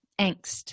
angst